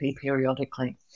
periodically